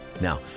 Now